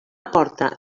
porta